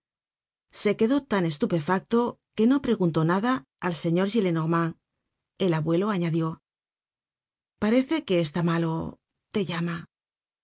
se quedó tan estupefacto que no preguntó nada al señor gillenormand el abuelo añadió parece que está malo te llama